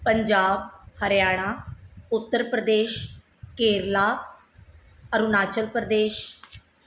Punjab Haryana Uttar Pradesh Kerala Arunachal Pradesh